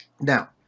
Now